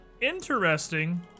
interesting